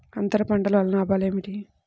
అంతర పంటల వలన లాభాలు ఏమిటి?